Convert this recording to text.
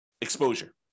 exposure